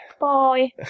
Bye